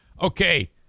Okay